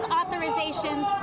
authorizations